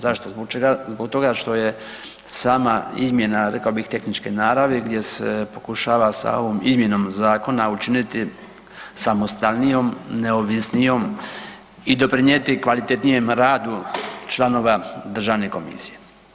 Zašto, zbog čega? zbog toga što je sama izmjena rekao bih tehničke naravi gdje se pokušava sa ovom izmjenom zakona učiniti samostalnijom, neovisnijom i doprinijeti kvalitetnom radu članova državne komisije.